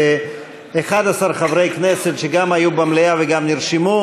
11 חברי כנסת בערך שגם היו במליאה וגם נרשמו.